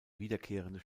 wiederkehrende